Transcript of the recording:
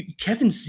Kevin